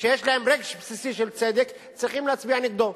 שיש להם רגש בסיסי של צדק, צריכים להצביע נגדו.